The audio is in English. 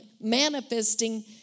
manifesting